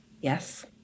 Yes